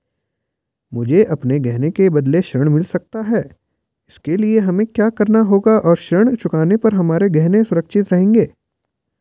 मुझे अपने गहने के बदलें ऋण मिल सकता है इसके लिए हमें क्या करना होगा और ऋण चुकाने पर हमारे गहने सुरक्षित रहेंगे?